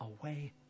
away